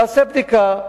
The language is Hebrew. תעשה בדיקה.